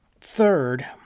Third